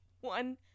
one